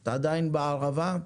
את עדיין בערבה?